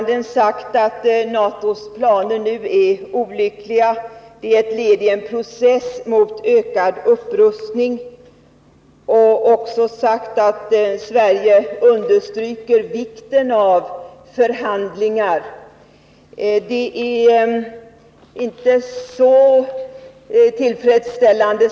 De är ett led i en 193 process för ökad upprustning. Han har också sagt att Sverige understryker vikten av förhandlingar.